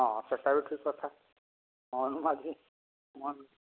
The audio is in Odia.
ହଁ ସେଟା ବି ଠିକ୍ କଥା ମୋହନ ମାଝୀ